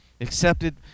accepted